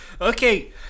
Okay